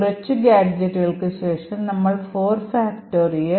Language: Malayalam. കുറച്ച് ഗാഡ്ജെറ്റുകൾക്ക് ശേഷം നമ്മൾ 4